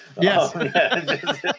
Yes